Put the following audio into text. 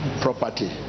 property